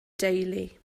deulu